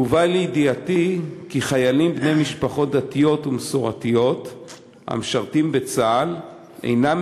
הובא לידיעתי כי חיילים בני משפחות דתיות ומסורתיות המשרתים בצה"ל אינם